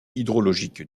hydrologique